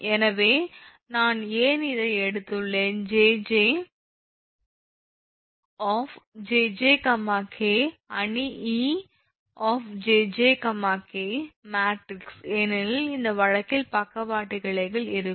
எனவே நான் ஏன் இதை எடுத்துள்ளேன் 𝑗𝑗 𝑗𝑗 𝑘 அணி 𝑒 𝑗𝑗 𝑘 மேட்ரிக்ஸ் ஏனெனில் அந்த வழக்கில் பக்கவாட்டு கிளைகள் இருக்கும்